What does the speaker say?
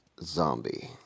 Zombie